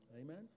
Amen